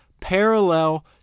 parallel